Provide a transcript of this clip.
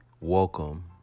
Welcome